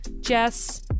Jess